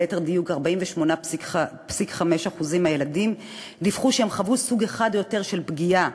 או ליתר דיוק 48.5% מהילדים דיווחו שהם חוו סוג אחד או יותר של פגיעה.